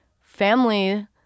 family